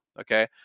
okay